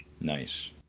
Nice